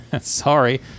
Sorry